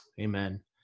Amen